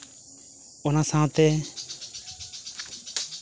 ᱚᱱᱟ ᱥᱟᱶᱛᱮ